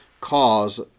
cause